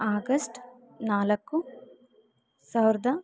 August ನಾಲ್ಕು ಸಾವಿರದ